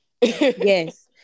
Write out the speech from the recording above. yes